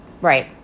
Right